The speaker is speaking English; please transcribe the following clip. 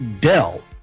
Dell